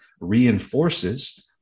reinforces